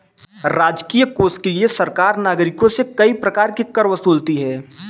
राजकीय कोष के लिए सरकार नागरिकों से कई प्रकार के कर वसूलती है